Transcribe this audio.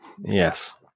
Yes